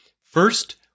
First